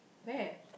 where